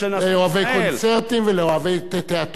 לאוהבי קונצרטים ולאוהבי תיאטרון.